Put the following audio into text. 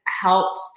helped